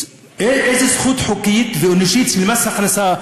איזו זכות חוקית ואנושית יש למס הכנסה,